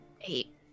Eight